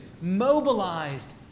mobilized